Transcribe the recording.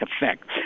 effect